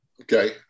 okay